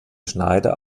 schneider